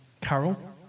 carol